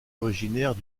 originaire